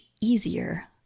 easier